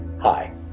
Hi